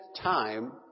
time